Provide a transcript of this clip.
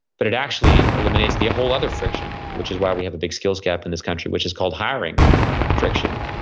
but it actually eliminates the whole other friction, which is why we have a big skills gap in this country, which is called hiring friction,